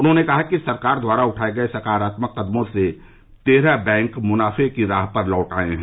उन्होंने कहा कि सरकार द्वारा उठाये गए सकारात्मक कदमों से तेरह बैंक मुनाफे की राह पर लोट आए हैं